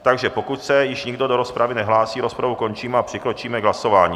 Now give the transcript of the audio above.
Takže pokud se již nikdo do rozpravy nehlásí, rozpravu končím a přikročíme k hlasování.